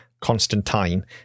Constantine